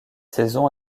saison